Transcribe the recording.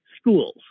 schools